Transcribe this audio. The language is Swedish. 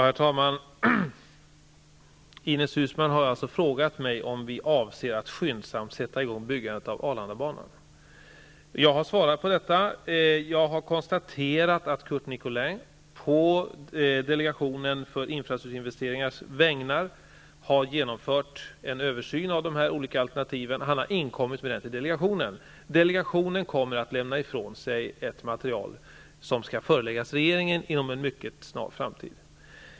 Herr talman! Ines UUsmann har frågat mig om vi avser att skyndsamt sätta i gång byggandet av Arlandabanan. Jag har svarat på detta. Jag har konstaterat att Curt Nicolin på vägnar av delegationen för infrastrukturinvesteringar har genomfört en översyn av de olika alternativen och att han har inkommit med den till delegationen. Delegationen kommer att lämna ifrån sig ett material, som skall föreläggas regeringen inom en mycket snar framtid.